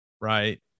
right